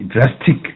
drastic